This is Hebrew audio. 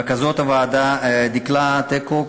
רכזות הוועדה דקלה טקו,